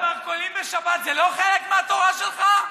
מרכולים בשבת, זה לא חלק מהתורה שלך?